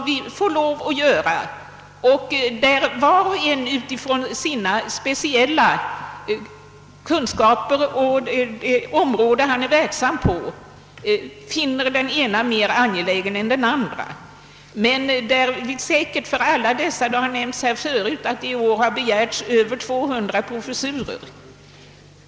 Var och en bedömer — med utgångspunkt från sina speciella kunskaper och erfarenheter från det område han är verksam på — angelägenhetsgraden av olika åtgärder. Såsom tidigare nämnts har det i år begärts över 200 nya professurer.